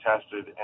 tested